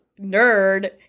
nerd